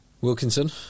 Wilkinson